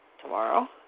tomorrow